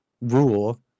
rule